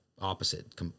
opposite